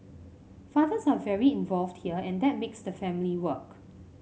fathers are very involved here and that makes the family work